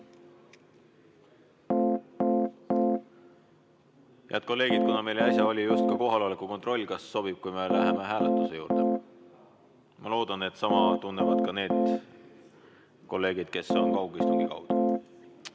Head kolleegid, kuna meil äsja oli just kohaloleku kontroll, siis kas sobib, kui me läheme hääletuse juurde? Ma loodan, et sama tunnevad ka need kolleegid, kes on kaugel. Head